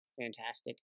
fantastic